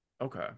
okay